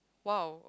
!wow!